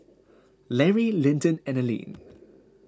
Lary Linton and Alline